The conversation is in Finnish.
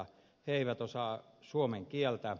he eivät osaa suomen kieltä